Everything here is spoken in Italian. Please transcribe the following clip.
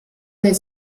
del